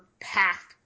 path